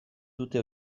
dute